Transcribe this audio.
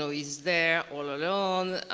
so he's there all alone.